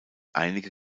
einige